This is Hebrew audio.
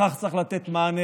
צריך לתת מענה,